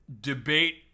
debate